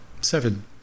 Seven